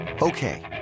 Okay